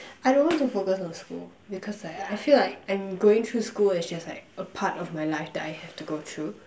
I don't want to focus on school because like I feel like I'm going through school is just like a part of life that I have to go through